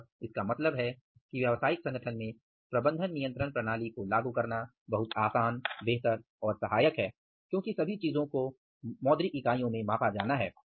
अतः इसका मतलब है कि व्यावसायिक संगठन में प्रबंधन नियंत्रण प्रणाली को लागू करना बहुत आसान बेहतर और सहायक है क्योंकि सभी चीजों को मुद्रा या मौद्रिक इकाईयों में मापा जाना है